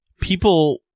people